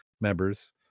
members